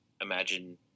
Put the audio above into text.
imagine –